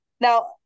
now